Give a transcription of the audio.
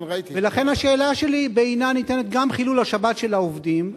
ולכן השאלה שלי בעינה ניתנת: גם חילול השבת של העובדים,